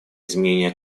изменения